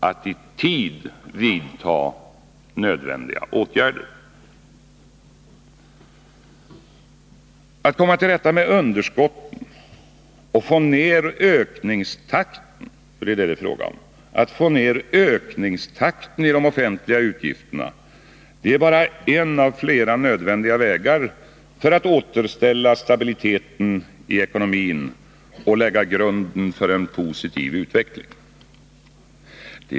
Att komma till rätta med underskotten och få ner ökningstakten i de offentliga utgifterna — det är det som det är fråga om — är bara en av flera nödvändiga vägar för att återställa stabiliteten i ekonomin och lägga grunden för en positiv utveckling.